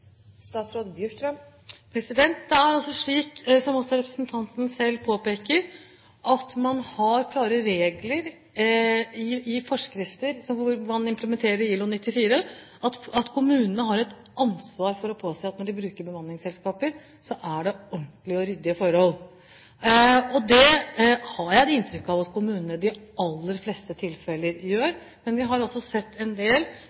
Det er altså slik, som representanten selv påpeker, at man har klare regler for, og forskriftene er implementert i ILO 94, at kommunene har et ansvar for å påse at når de bruker bemanningsselskaper, skal det være ordentlige og ryddige forhold. Det har jeg inntrykk av at kommunene gjør i de aller fleste tilfeller. Men vi har også sett en del